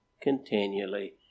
continually